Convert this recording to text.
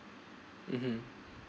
(uh huh)